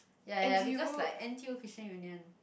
ya ya because like N_T_U Christian union